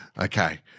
Okay